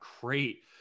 great